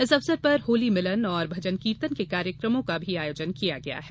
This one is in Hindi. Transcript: इस अवसर पर होली मिलन और भजन कीर्तन के कार्यक्रम का भी आयोजन किया गया है